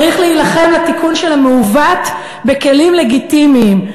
צריך להילחם לתיקון של המעוות בכלים לגיטימיים,